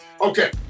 Okay